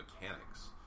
mechanics